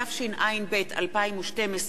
התשע"ב 2012,